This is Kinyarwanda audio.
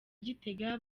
gitega